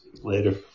Later